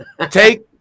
take